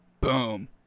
Boom